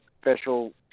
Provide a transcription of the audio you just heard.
special